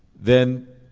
then